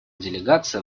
делегация